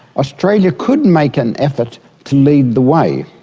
australia could and make an effort to lead the way.